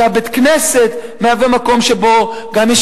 שבית-הכנסת מהווה בהם מקום שבו גם יש